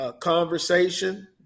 conversation